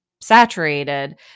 saturated